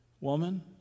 Woman